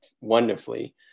wonderfully